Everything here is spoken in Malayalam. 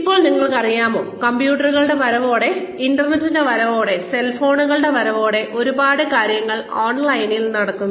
ഇപ്പോൾ നിങ്ങൾക്കറിയാമോ കമ്പ്യൂട്ടറുകളുടെ വരവോടെ ഇന്റർനെറ്റിന്റെ വരവോടെ സെൽഫോണുകളുടെ വരവോടെ ഒരുപാട് കാര്യങ്ങൾ ഓൺലൈനിൽ നടക്കുന്നു